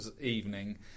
evening